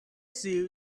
zoo